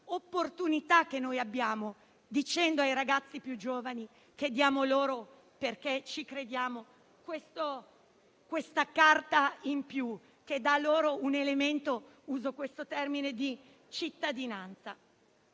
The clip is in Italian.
opportunità che abbiamo, dicendo ai ragazzi più giovani che offriamo - perché ci crediamo - una carta in più che dà loro un elemento - uso questo termine - di cittadinanza.